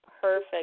perfect